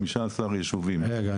חמישה עשר ישובים --- רגע,